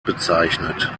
bezeichnet